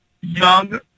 young